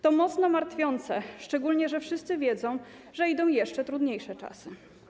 To mocno martwi, szczególnie że wszyscy wiedzą, iż idą jeszcze trudniejsze czasy.